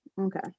Okay